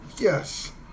yes